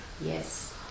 yes